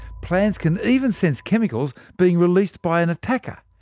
plants can even sense chemicals being released by an attacker.